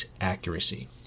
accuracy